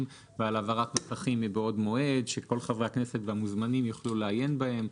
ועל העברת נוסחים מבעוד מועד שכל חברי הכנסת והמוזמנים יוכלו לעיין בהם.